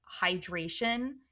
hydration